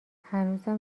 هنوزم